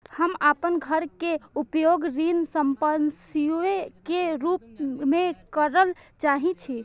हम अपन घर के उपयोग ऋण संपार्श्विक के रूप में करल चाहि छी